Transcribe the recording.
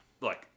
look